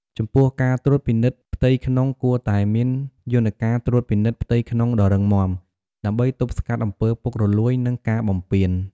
ចំពោះការត្រួតពិនិត្យផ្ទៃក្នុងគួរតែមានយន្តការត្រួតពិនិត្យផ្ទៃក្នុងដ៏រឹងមាំ ដើម្បីទប់ស្កាត់អំពើពុករលួយ និងការបំពាន។